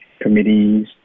committees